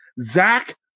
Zach